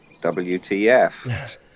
WTF